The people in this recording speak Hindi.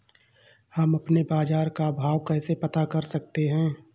हम अपने बाजार का भाव कैसे पता कर सकते है?